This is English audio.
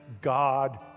God